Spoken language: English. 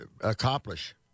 accomplish